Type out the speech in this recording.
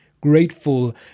Grateful